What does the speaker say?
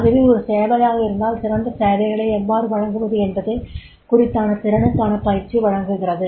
அதுவே ஒரு சேவையாக இருந்தால் சிறந்த சேவைகளை எவ்வாறு வழங்குவது என்பது குறித்தான திறனுக்கான பயிற்சி வழங்குகிறது